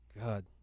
God